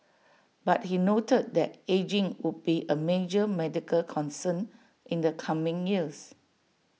but he noted that ageing would be A major medical concern in the coming years